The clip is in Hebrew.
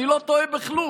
אני לא טועה בכלום.